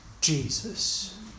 Jesus